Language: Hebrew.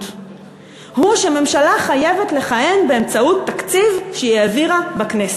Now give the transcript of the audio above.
הוא שממשלה חייבת לכהן באמצעות תקציב שהיא העבירה בכנסת.